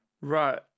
right